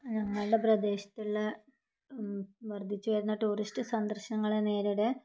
ഞങ്ങളുടെ പ്രദേശത്തുള്ള വർദ്ധിച്ചു വരുന്ന ടൂറിസ്റ്റ് സന്ദർശനങ്ങളെ നേരിടാൻ